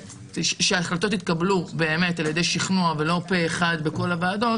ושההחלטות יתקבלו באמת על ידי שכנוע ולא פה אחד בכל הוועדות